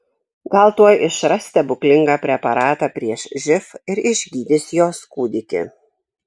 gal tuoj išras stebuklingą preparatą prieš živ ir išgydys jos kūdikį